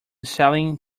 selling